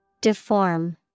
Deform